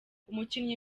umukinnyi